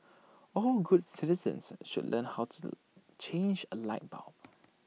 all good citizens should learn how to change A light bulb